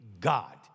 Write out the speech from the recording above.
God